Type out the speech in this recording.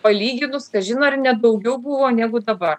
palyginus kažin ar ne daugiau buvo negu dabar